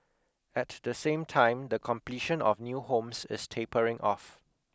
at the same time the completion of new homes is tapering off